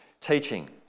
teaching